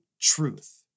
truth